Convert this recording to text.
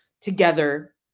together